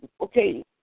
okay